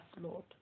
Lord